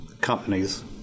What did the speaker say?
companies